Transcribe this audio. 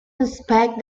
inspect